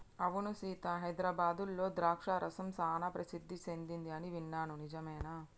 అవును సీత హైదరాబాద్లో ద్రాక్ష రసం సానా ప్రసిద్ధి సెదింది అని విన్నాను నిజమేనా